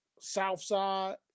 Southside